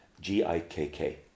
G-I-K-K